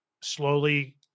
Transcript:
slowly